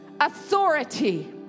authority